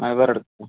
ആധാറെടുക്കും